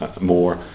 more